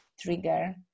trigger